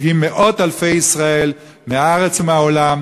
מגיעים מאות אלפי ישראל מהארץ ומהעולם